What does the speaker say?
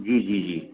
जी जी जी